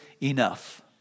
enough